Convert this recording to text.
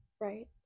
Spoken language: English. Right